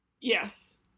Yes